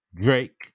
Drake